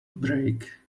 break